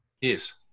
Yes